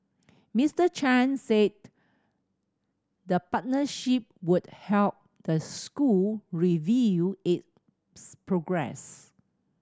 Mister Chan said the partnership would help the school review its progress